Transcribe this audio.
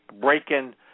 breaking